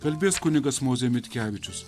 kalbės kunigas mozė mitkevičius